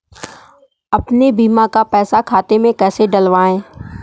अपने बीमा का पैसा खाते में कैसे डलवाए?